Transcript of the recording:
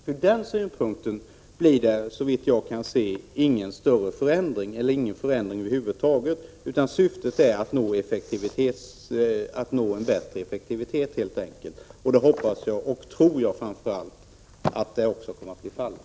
Från den synpunkten blir det, såvitt jag kan se, ingen förändring över huvud taget. Syftet är helt enkelt att uppnå en bättre effektivitet, och det hoppas och tror jag också kommer att bli fallet.